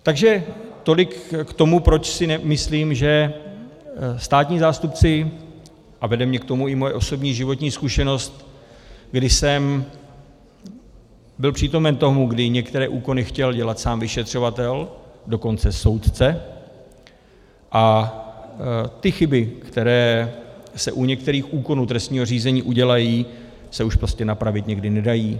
Takže tolik k tomu, proč si myslím, že státní zástupci a vede mě k tomu i moje osobní životní zkušenost, když jsem byl přítomen tomu, kdy některé úkony chtěl dělat sám vyšetřovatel, dokonce soudce, a ty chyby, které se u některých úkonů trestního řízení udělají, se už prostě napravit někdy nedají.